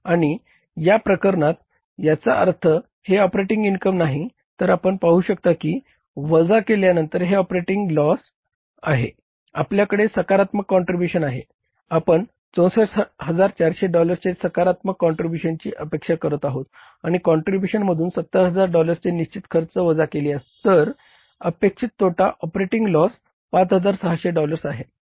आपण 64400 डॉलर्सचे सकारत्मक काँट्रीब्युशनची अपेक्षा करत आहोत आणि काँट्रीब्युशन मधून 70000 डॉलर्सचे निश्चित खर्च वजा केले तर अपेक्षित तोटा ऑपरेटिंग लॉस 5600 डॉलर्स आहे